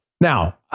Now